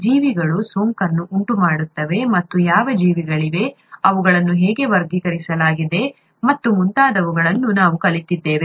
ಜೀವಿಗಳು ಸೋಂಕನ್ನು ಉಂಟುಮಾಡುತ್ತವೆ ಮತ್ತು ಯಾವ ಜೀವಿಗಳಿವೆ ಅವುಗಳನ್ನು ಹೇಗೆ ವರ್ಗೀಕರಿಸಲಾಗಿದೆ ಮತ್ತು ಮುಂತಾದವುಗಳನ್ನು ನಾವು ಕಲಿತಿದ್ದೇವೆ